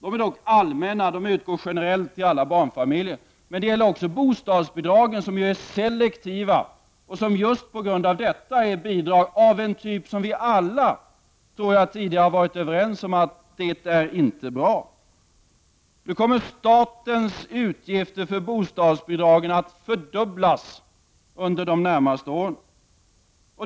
De är dock allmänna och utgår generellt till alla barnfamiljer. Det gäller emellertid även bostadsbidragen. De är selektiva, och på grund av detta utgör de ett bidrag av en typ som vi alla, tror jag, tidigare har varit överens om inte är bra. Statens utgifter för bostadsbidragen kommer nu att fördubblas under de närmaste åren.